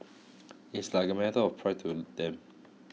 it's like a matter of pride to them